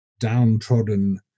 downtrodden